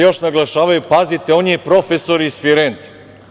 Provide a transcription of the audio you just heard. Još naglašavaju, pazite, on je profesor iz Firence.